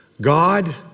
God